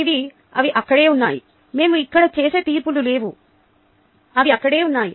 ఇవి అవి అక్కడే ఉన్నాయి మేము ఇక్కడ చేసే తీర్పులు లేవు అవి అక్కడే ఉన్నాయి